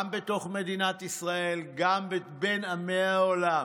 גם בתוך מדינת ישראל, גם בין עמי העולם,